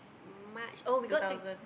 March oh we go out to~